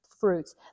fruits